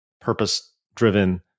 purpose-driven